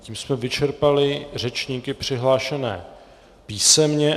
Tím jsme vyčerpali řečníky přihlášené písemně.